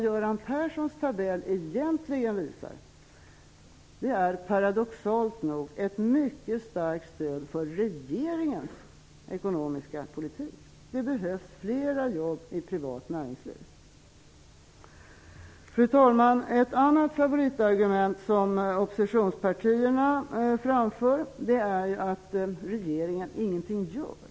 Göran Perssons tabell visar alltså paradoxalt nog egentligen ett mycket starkt stöd för regeringens ekonomiska politik: det behövs fler jobb i privat näringsliv. Fru talman! Ett annat favoritargument som oppositionspartierna framför är att regeringen ingenting gör.